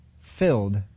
filled